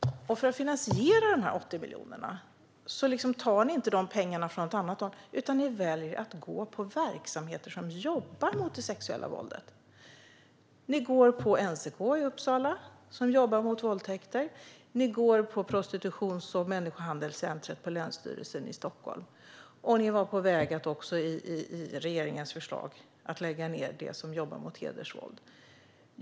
För att finansiera de 80 miljonerna tar ni inte pengarna från något annat, utan ni väljer att gå på verksamheter som jobbar mot det sexuella våldet. Ni går på NCK i Uppsala, som jobbar mot våldtäkter. Ni går på prostitutions och människohandelscentret på Länsstyrelsen Stockholm. Ni var i regeringens förslag på väg att lägga ned de verksamheter som jobbar mot hedersvåld.